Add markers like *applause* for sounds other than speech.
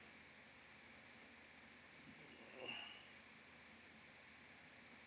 *noise*